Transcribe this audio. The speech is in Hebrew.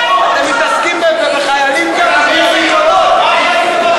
מתעסק בגופות של חיילים כדי לעשות פוליטיקה.